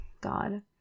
God